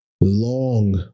long